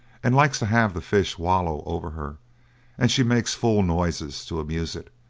and likes to have the fish wallow over her and she makes fool noises to amuse it,